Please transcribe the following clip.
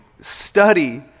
study